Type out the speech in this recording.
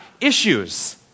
issues